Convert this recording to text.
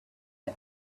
the